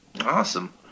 Awesome